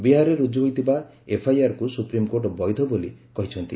ବିହାରରେ ରୁଜୁ ହୋଇଥିବା ଏଫ୍ଆଇଆର୍କୁ ସୁପ୍ରିମକୋର୍ଟ ବୈଧ ବୋଲି କହିଛନ୍ତି